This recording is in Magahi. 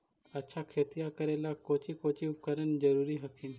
अच्छा खेतिया करे ला कौची कौची उपकरण जरूरी हखिन?